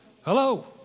Hello